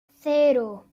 cero